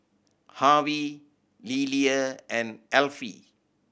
Harvy Lilia and Elfie